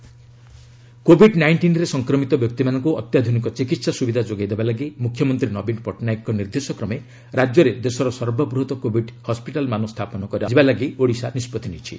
Odisha Covid hospital Covid ନାଇଷ୍ଟିନ୍ରେ ସଂକ୍ରମିତ ବ୍ୟକ୍ତିମାନଙ୍କୁ ଅତ୍ୟାଧୁନିକ ଚିକିତ୍ସା ସୁବିଧା ଯୋଗାଇ ଦେବା ଲାଗି ମୁଖ୍ୟମନ୍ତ୍ରୀ ନବୀନ ପଟ୍ଟନାୟକଙ୍କ ନିର୍ଦ୍ଦେଶ କ୍ରମେ ରାଜ୍ୟରେ ଦେଶର ସର୍ବବୃହତ୍ କୋଭିଡ୍ ହସ୍କିଟାଲ୍ମାନ ସ୍ଥାପନ କରିବା ପାଇଁ ଓଡ଼ିଶା ନିଷ୍ପଭି ନେଇଛି